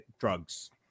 drugs